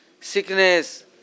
sickness